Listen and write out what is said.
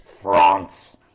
France